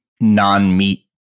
non-meat